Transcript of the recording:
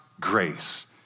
grace